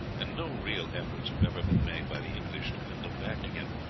and no real efforts have ever been made by the english to win them back again.